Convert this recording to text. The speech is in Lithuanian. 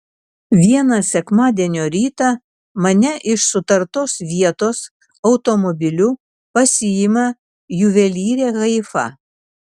vieną sekmadienio rytą mane iš sutartos vietos automobiliu pasiima juvelyrė haifa